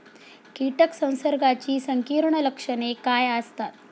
कीटक संसर्गाची संकीर्ण लक्षणे काय असतात?